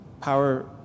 power